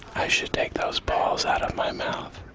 i should take those balls out of my mouth.